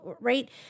right